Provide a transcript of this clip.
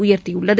உயர்த்தியுள்ளது